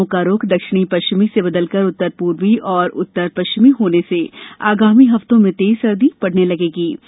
हवाओं का रुख दक्षिणी पश्चिमी से बदलकर उत्तर पूर्वी और उत्तर पश्चिमी होने से आगामी हफ्तों में तेज सर्दी पड़ने लगेगी